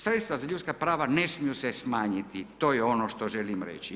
Sredstva za ljudska prava ne smiju se smanjiti, to je ono što želim reći.